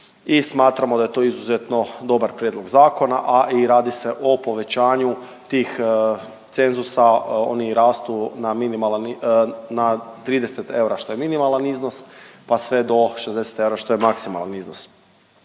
I smatramo da je to izuzetno dobar prijedlog zakona, a i radi se o povećanju tih cenzusa. Oni rastu na minimalan, na 30 eura što je minimalan iznos pa sve do 60 eura što je maksimalan iznos.